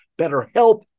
BetterHelp